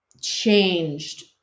changed